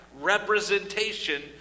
representation